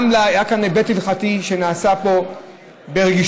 היה כאן גם היבט הלכתי שנעשה פה ברגישות,